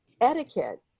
etiquette